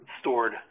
stored